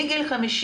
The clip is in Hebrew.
מגיל 50